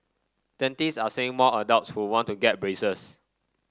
dentists are seeing more adults who want to get braces